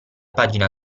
pagina